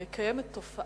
הרי קיימת תופעה